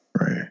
Right